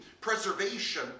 preservation